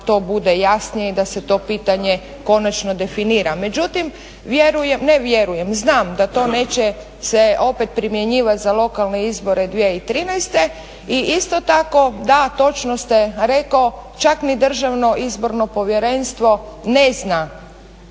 da to bude jasnije i da se to pitanje konačno definira. Međutim, vjerujem, ne vjerujem znam da to neće se opet primjenjivati za lokalne izbore 2013. I isto tako da, točno ste reko čak ni Državno izborno povjerenstvo ne zna